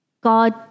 God